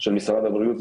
של משרד הבריאות,